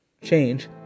change